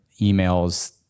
emails